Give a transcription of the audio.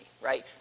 right